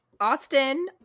Austin